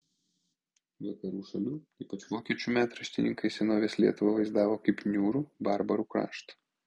vakarų šalių ypač vokiečių metraštininkai senovės lietuvą vaizdavo kaip niūrų barbarų kraštą